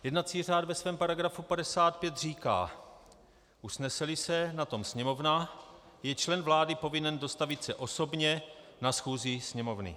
Jednací řád ve svém § 55 říká: Usneseli se na tom Sněmovna, je člen vlády povinen dostavit se osobně na schůzi Sněmovny.